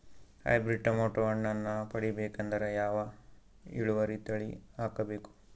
Hybrid tomato ಹಣ್ಣನ್ನ ಪಡಿಬೇಕಂದರ ಯಾವ ಇಳುವರಿ ತಳಿ ಹಾಕಬೇಕು?